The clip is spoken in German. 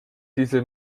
diese